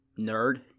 nerd